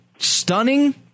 stunning